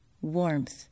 warmth